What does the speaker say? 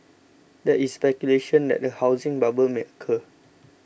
there is speculation that a housing bubble may occur